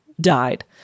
died